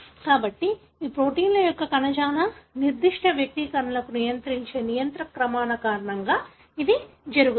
కాబట్టి ఈ ప్రోటీన్ల యొక్క కణజాల నిర్దిష్ట వ్యక్తీకరణలను నియంత్రించే నియంత్రణ క్రమాల కారణంగా ఇది జరుగుతుంది